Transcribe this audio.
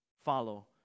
Follow